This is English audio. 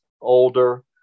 older